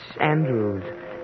Andrews